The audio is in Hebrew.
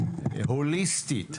הוליסטית,